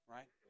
Right